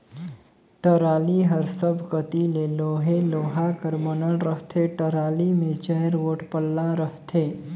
trolley हर सब कती ले लोहे लोहा कर बनल रहथे, टराली मे चाएर गोट पल्ला रहथे